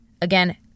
Again